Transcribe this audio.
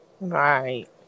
Right